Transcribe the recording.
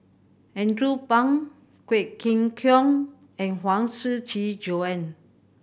Andrew Phang Quek Ling Kiong and Huang Shiqi Joan